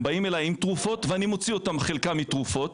הם באים אלי עם תרופות ואני מוציא את חלקם מתרופות,